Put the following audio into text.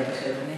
בבקשה, אדוני.